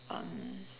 um